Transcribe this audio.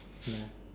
ya